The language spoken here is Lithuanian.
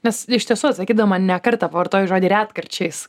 nes iš tiesų atsakydama ne kartą pavartojai žodį retkarčiais